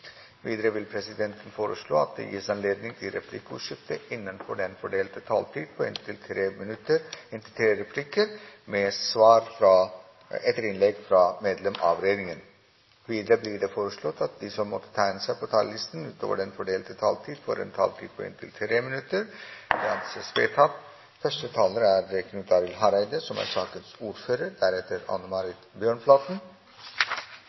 Videre vil presidenten foreslå at det gis anledning til replikkordskifte på inntil fem replikker med svar etter innlegg fra medlem av regjeringen innenfor den fordelte taletid. Videre blir det foreslått at de som måtte tegne seg på talerlisten utover den fordelte taletid, får en taletid på inntil 3 minutter. – Det anses vedtatt.